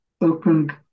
opened